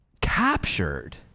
captured